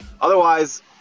otherwise